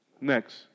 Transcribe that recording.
Next